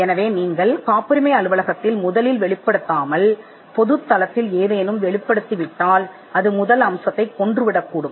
எனவே நீங்கள் காப்புரிமை அலுவலகத்திற்கு முதலில் வெளிப்படுத்தாமல் பொது களத்தில் ஏதேனும் வெளிப்படுத்தினால் அது முதல் அம்சத்தை கொல்லக்கூடும்